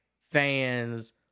fans